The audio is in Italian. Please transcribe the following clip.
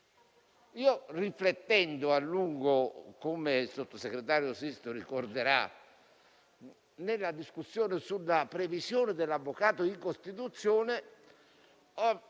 Riflettendo a lungo - come il sottosegretario Sisto ricorderà - nella discussione sulla previsione dell'avvocato in Costituzione, io